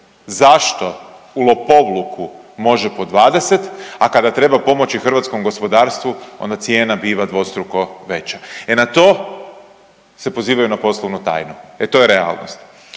zašto u lopovluku može po 20, a kada treba pomoći hrvatskom gospodarstvu onda cijena biva dvostruko veća? E na to se pozivaju na poslovnu tajnu e to je realnost.